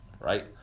right